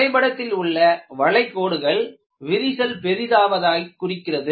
வரைபடத்தில் உள்ள வளைகோடுகள்விரிசல் பெரிதாவதை குறிக்கிறது